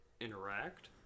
interact